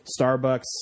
Starbucks